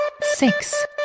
six